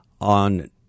on